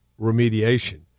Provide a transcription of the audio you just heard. remediation